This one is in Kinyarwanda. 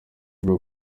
bwo